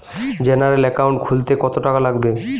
General account খুলতে কত টাকা লাগবে?